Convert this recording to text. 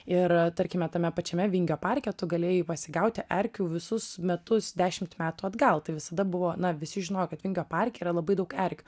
ir tarkime tame pačiame vingio parke tu galėjai pasigauti erkių visus metus dešimt metų atgal tai visada buvo na visi žinojo kad vingio parke yra labai daug erkių